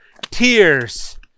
tears